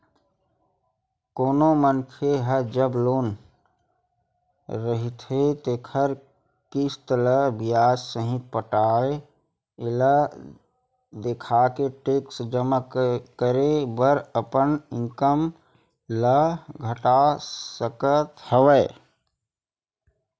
कोनो मनखे ह जब लोन ले रहिथे तेखर किस्ती ल बियाज सहित पटाथे एला देखाके टेक्स जमा करे बर अपन इनकम ल घटा सकत हवय